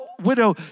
widow